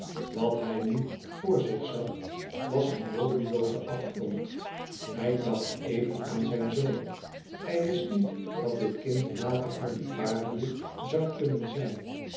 wat hij nu voor zich zag was één bodemlooze afgrond hij dacht even aan zijn zoon hij wist niet wat dit kind later voor liparië zoû kunnen zijn